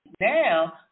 now